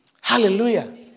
Hallelujah